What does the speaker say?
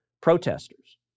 protesters